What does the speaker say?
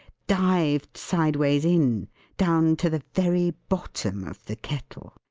dived sideways in down to the very bottom of the kettle.